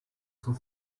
cent